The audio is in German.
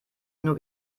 nur